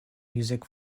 music